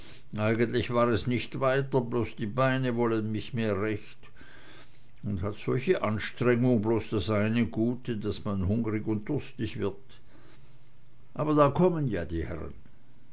eigentlich war es nicht weiter bloß die beine wollen nicht mehr recht und hat solche anstrengung bloß das eine gute daß man hungrig und durstig wird aber da kommen ja die herren